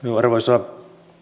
arvoisa